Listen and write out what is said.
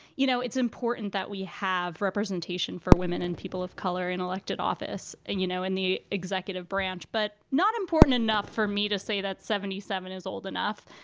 you know, it's important that we have representation for women and people of color in elected office. and, you know, in the executive branch, but not important enough for me to say that seventy seven is old enough.